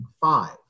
five